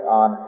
on